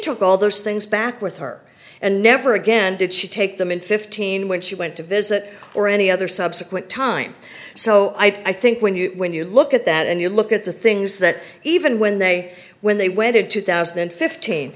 took all those things back with her and never again did she take them in fifteen when she went to visit or any other subsequent time so i think when you when you look at that and you look at the things that even when they when they waited two thousand and fifteen